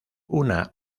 una